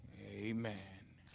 a man